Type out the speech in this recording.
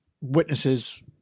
witnesses